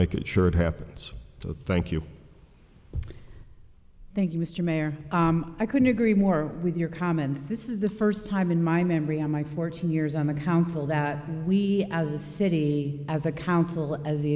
make sure it happens thank you thank you mr mayor i couldn't agree more with your comments this is the first time in my memory on my fourteen years on the council that we as a city as a council as the